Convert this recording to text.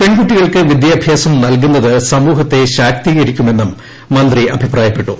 പെൺകുട്ടികൾക്ക് വിദ്യാഭ്യാസം നൽകുന്നത് സമൂഹത്തെ ശാക്തീകരിക്കുമെന്നും മന്ത്രി അഭിപ്രായപ്പെട്ടു